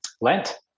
Lent